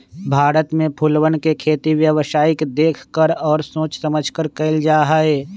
भारत में फूलवन के खेती व्यावसायिक देख कर और सोच समझकर कइल जाहई